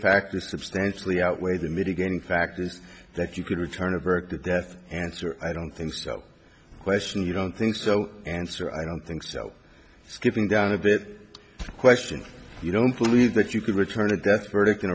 factor substantially outweigh the mitigating factors that you could return a verdict of death answer i don't think so question you don't think so answer i don't think so skipping down a bit question you don't believe that you can return a death verdict in